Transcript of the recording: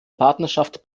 partnerschaft